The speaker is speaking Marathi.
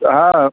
हां